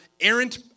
errant